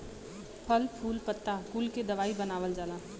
फल फूल पत्ता कुल के दवाई बनावल जाला